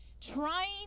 trying